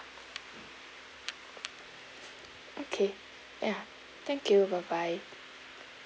okay ya thank you bye bye